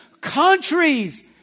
countries